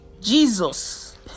jesus